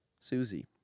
Susie